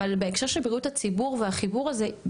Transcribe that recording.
אבל בהקשר של בריאות הציבור והחיבור הזה,